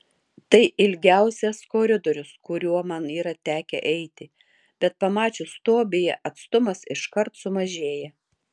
tai ilgiausias koridorius kuriuo man yra tekę eiti bet pamačius tobiją atstumas iškart sumažėja